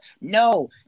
No